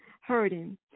hurting